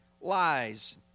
lies